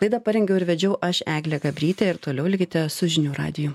laidą parengiau ir vedžiau aš eglė gabrytė ir toliau likite su žinių radiju